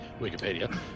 Wikipedia